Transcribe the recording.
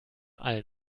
allen